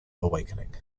awakening